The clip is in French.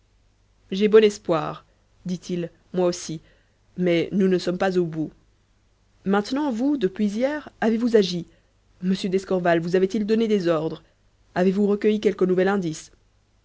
j'ai bon espoir dit-il moi aussi mais nous ne sommes pas au bout maintenant vous depuis hier avez-vous agi monsieur d'escorval vous avait-il donné des ordres avez-vous recueilli quelque nouvel indice